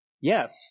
Yes